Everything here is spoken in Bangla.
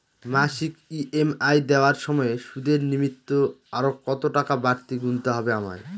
মাসিক ই.এম.আই দেওয়ার সময়ে সুদের নিমিত্ত আরো কতটাকা বাড়তি গুণতে হবে আমায়?